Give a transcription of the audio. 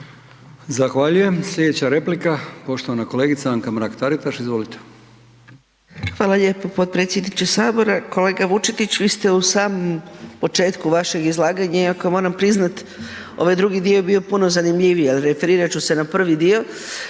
Zahvaljujem. Slijedeća replika, poštovana kolegica Anka Mrak Taritaš, izvolite. **Mrak-Taritaš, Anka (GLAS)** Hvala lijepa potpredsjedniče Sabora. Kolega Vučetić, vi ste u samom početku vašeg izlaganja iako moram priznat, ovaj drugi dio je bio puno zanimljivi, ali referirat ću se na prvi dio,